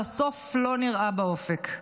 והסוף לא נראה באופק.